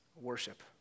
worship